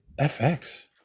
FX